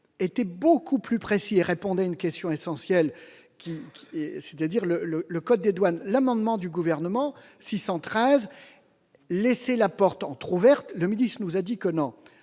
était beaucoup plus précis et répondait à une question essentielle qui, c'est-à-dire le le le code des douanes l'amendement du gouvernement 613 laisser la porte entrouverte de nous a dit que non,